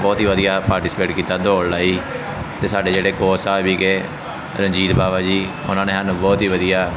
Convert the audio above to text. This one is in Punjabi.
ਬਹੁਤ ਹੀ ਵਧੀਆ ਪਾਰਟੀਸਪੇਟ ਕੀਤਾ ਦੌੜ ਲਾਈ ਅਤੇ ਸਾਡੇ ਜਿਹੜੇ ਕੋਚ ਸਾਹਿਬ ਵੀ ਸੀਗੇ ਰਣਜੀਤ ਬਾਵਾ ਜੀ ਉਹਨਾਂ ਨੇ ਸਾਨੂੰ ਬਹੁਤ ਹੀ ਵਧੀਆ